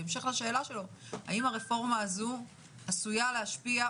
בהמשך לשאלה הזו - האם הרפורמה הזו עשויה להשפיע,